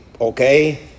okay